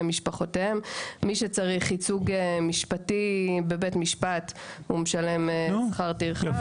משפחותיהם; מי שצירך ייצוג משפטי בבית המשפט משלם שכר טרחה,